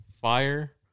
Fire